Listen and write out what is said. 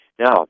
Now